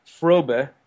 frobe